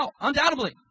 Undoubtedly